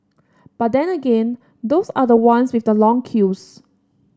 but then again those are the ones with the long queues